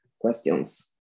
questions